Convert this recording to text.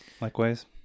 Likewise